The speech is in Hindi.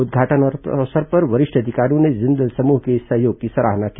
उद्घाटन अवसर पर वरिष्ठ अधिकारियों ने जिंदल समूह के इस सहयोग की सराहना की